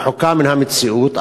רחוקה מן המציאות,